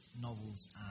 novels